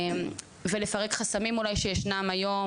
ולפרק חסמים אולי שישנם היום,